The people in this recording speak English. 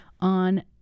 on